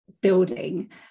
building